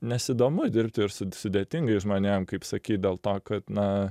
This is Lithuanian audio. nes įdomu dirbti ir su sudėtingais žmonėm kaip sakyt dėl to kad na